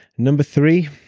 number three,